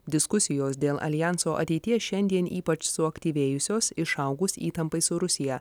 diskusijos dėl aljanso ateities šiandien ypač suaktyvėjusios išaugus įtampai su rusija